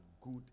good